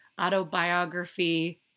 autobiography